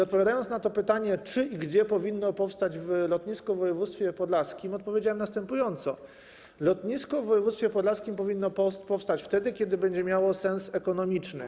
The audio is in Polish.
Odpowiadając na to pytanie, czy i gdzie powinno powstać lotnisko w województwie podlaskim, odpowiedziałem następująco: lotnisko w województwie podlaskim powinno powstać wtedy, kiedy jego istnienie będzie miało sens ekonomiczny.